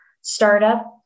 startup